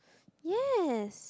yes